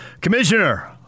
Commissioner